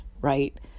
right